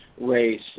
race